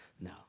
No